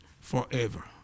Forever